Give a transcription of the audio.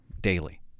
daily